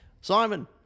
Simon